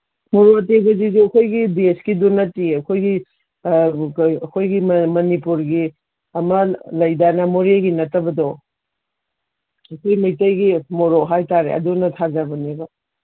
ꯃꯣꯔꯣꯛ ꯑꯇꯦꯛꯄꯁꯤꯁꯨ ꯑꯩꯈꯣꯏꯒꯤ ꯗꯦꯁꯀꯤꯗꯨ ꯅꯠꯇꯤꯌꯦ ꯑꯩꯈꯣꯏꯒꯤ ꯑꯩꯈꯣꯏꯒꯤ ꯃꯅꯤꯄꯨꯔꯒꯤ ꯑꯃ ꯂꯩꯗꯅ ꯃꯣꯔꯦꯒꯤ ꯅꯠꯇꯕꯗꯣ ꯍꯧꯖꯤꯛꯀꯤ ꯃꯩꯇꯩꯒꯤ ꯃꯣꯔꯣꯛ ꯍꯥꯏ ꯇꯥꯔꯦ ꯑꯗꯨꯅ ꯊꯥꯖꯕꯅꯤꯕ